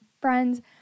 friends